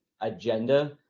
agenda